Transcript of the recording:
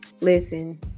Listen